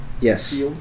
Yes